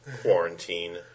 quarantine